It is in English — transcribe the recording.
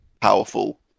powerful